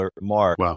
mark